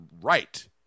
right